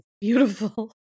beautiful